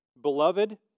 beloved